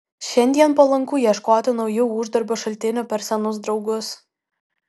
šiandien palanku ieškoti naujų uždarbio šaltinių per senus draugus